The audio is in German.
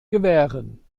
gewähren